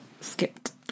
skipped